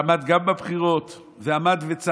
ועמדו גם בבחירות,